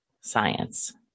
science